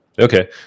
Okay